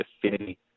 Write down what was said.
affinity